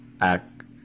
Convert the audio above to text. act